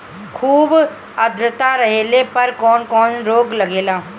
खुब आद्रता रहले पर कौन कौन रोग लागेला?